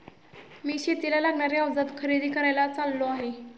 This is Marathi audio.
मी शेतीला लागणारे अवजार खरेदी करायला चाललो आहे